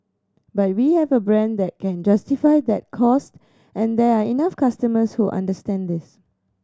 but we have a brand that can justify that cost and there are enough customers who understand this